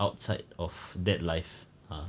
outside of that life ah